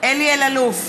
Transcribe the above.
אלי אלאלוף,